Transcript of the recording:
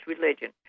religion